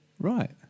Right